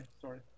sorry